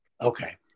Okay